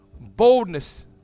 Boldness